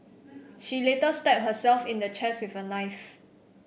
she later stabbed herself in the chest with a knife